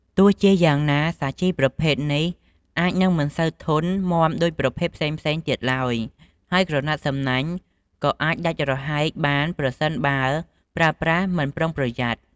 ទោះជាយ៉ាងណា សាជីប្រភេទនេះអាចនឹងមិនសូវធន់មាំដូចប្រភេទផ្សេងៗទៀតឡើយ ហើយក្រណាត់សំណាញ់ក៏អាចដាច់រហែកបានប្រសិនបើប្រើប្រាស់មិនប្រុងប្រយ័ត្ន។